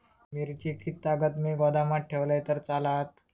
मिरची कीततागत मी गोदामात ठेवलंय तर चालात?